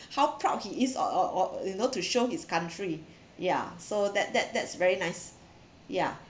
how proud he is or or or you know to show his country ya so that that that's very nice ya